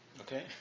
Okay